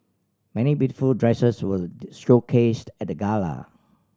many beautiful dresses were showcased at the gala